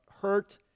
hurt